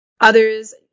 Others